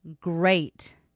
great